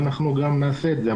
ואנחנו גם נעשה את זה.